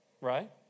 Right